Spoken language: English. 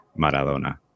Maradona